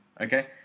okay